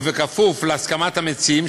ובכפוף להסכמת המציעים,